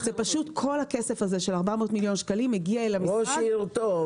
פשוט כל הכסף הזה של 400 מיליון הגיע אל המשרד גם וגם וגם.